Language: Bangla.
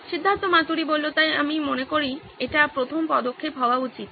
সিদ্ধার্থ মাতুরি তাই আমি মনে করি এটি প্রথম পদক্ষেপ হওয়া উচিত